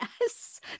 Yes